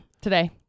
today